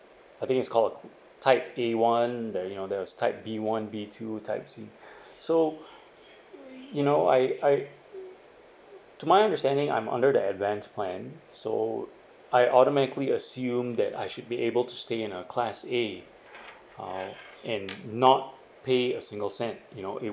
I think it's called uh type A one there you know there was type B one B two type C so you know I I to my understanding I'm under the advance plan so I automatically assumed that I should be able to stay in a class A uh and not pay a single cent you know it